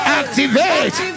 activate